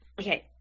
Okay